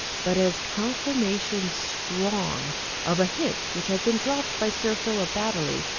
but as confirmation strong of a hint which had been dropped by sir philip baddely,